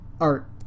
art